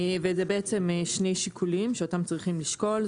וזה בעצם שני שיקולים שאותם צריכים לשקול,